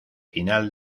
final